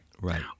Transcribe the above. Right